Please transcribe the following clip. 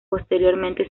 posteriormente